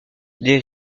des